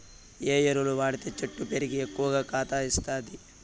ఏ ఎరువులు వాడితే చెట్టు పెరిగి ఎక్కువగా కాత ఇస్తుంది?